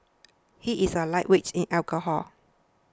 he is a lightweight in alcohol